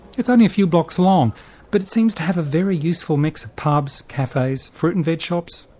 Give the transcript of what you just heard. it's only a few blocks long but it seems to have a very useful mix of pubs, cafes, fruit and veg shops,